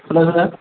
hello sir